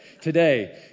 today